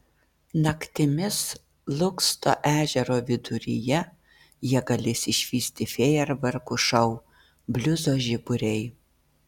naktimis lūksto ežero viduryje jie galės išvysti fejerverkų šou bliuzo žiburiai